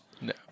No